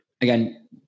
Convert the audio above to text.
again